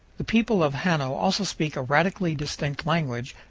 the people of hano also speak a radically distinct language,